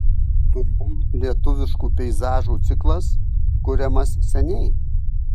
turbūt lietuviškų peizažų ciklas kuriamas seniai